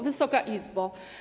Wysoka Izbo!